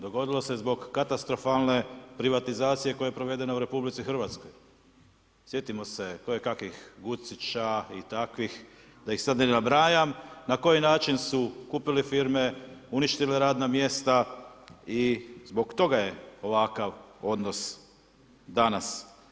Dogodilo se zbog katastrofalne privatizacije koja je provedena u RH, sjetimo se kojekavih Gucića i takvih da ih sad ne nabrajam, na koji način su kupili firme, uništili radna mjesta i zbog toga je ovakav odnos danas.